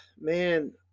man